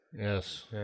Yes